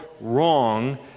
wrong